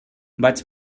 vaig